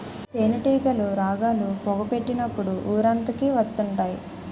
తేనేటీగలు రాగాలు, పొగ పెట్టినప్పుడు ఊరంతకి వత్తుంటాయి